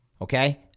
Okay